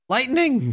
Lightning